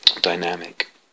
dynamic